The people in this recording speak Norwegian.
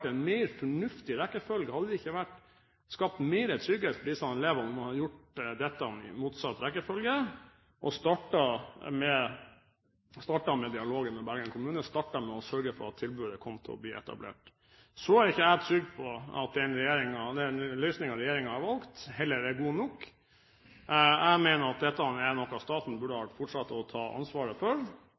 en mer fornuftig rekkefølge, skapt mer trygghet for disse elevene, om man hadde gjort dette i motsatt rekkefølge og startet med dialogen med Bergen kommune, startet med å sørge for at tilbudet ble etablert? Jeg er heller ikke trygg på at den løsningen regjeringen har valgt, er god nok. Jeg mener at dette er noe staten fortsatt burde hatt ansvaret for. Men slik ble det ikke. Jeg håper iallfall at statsråden er villig til å ta